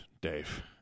Dave